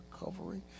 recovery